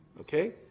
okay